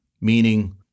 meaning